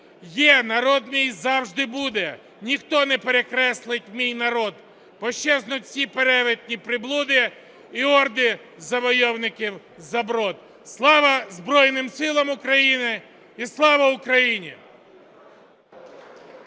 є, народ мій завжди буде! Ніхто не перекреслить мій народ! Пощезнуть всі перевертні й приблуди, і орди завойовників-заброд". Слава Збройним Силам України! І слава Україні!